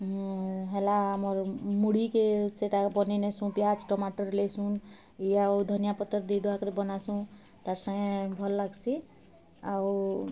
ହେଲା ଆମର୍ ମୁଢ଼ିକେ ସେଟା ବନେଇ ନେସୁଁ ପିଆଜ୍ ଟମାଟୋର୍ ଲେସୁନ୍ ଇ ଆଉ ଧନିଆ ପତର୍ ଦେଇ ଦୁଆ କରି ବନାସୁଁ ତାର୍ ସାଙ୍ଗେ ଭଲ୍ ଲାଗ୍ସି ଆଉ